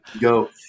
go